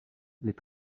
les